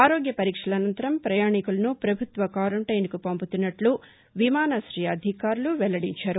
ఆరోగ్య పరీక్షల అనంతరం ప్రయాణికులను ప్రభుత్వ క్వారంటైన్కు పంపుతున్నట్లు విమాన్నాశయ అధికారులు వెల్లడించారు